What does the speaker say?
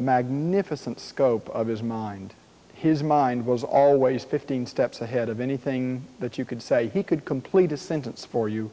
magnificent scope of his mind his mind was always fifteen steps ahead of anything that you could say he could complete a sentence for you